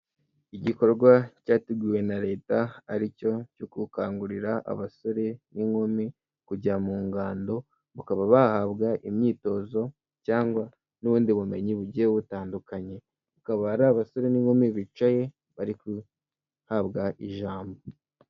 Igikorwa cyateguwe na leta aricyo cyo gukangurira abasore n'inkumi kujya mu ngando, bakaba bahabwa imyitozo cyangwa n'ubundi bumenyi bugiye butandukanye akaba ari abasore n'inkumi bicaye bari guhabwa ijambo.